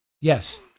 Yes